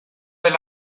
del